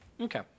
Okay